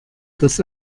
dass